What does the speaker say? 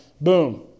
Boom